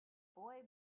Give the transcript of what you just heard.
boy